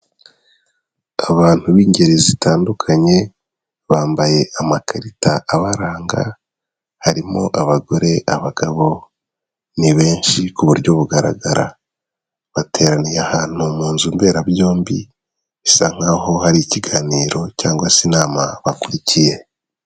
Abantu b'ingeri zitandukanye, bambaye amakarita abaranga, harimo abagore, abagabo, ni benshi ku buryo bugaragara. Bateraniye ahantu mu nzu mberabyombi, bisa nk'aho hari ikiganiro cyangwa se inama bakurikiye.